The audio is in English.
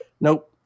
Nope